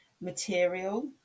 material